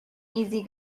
easy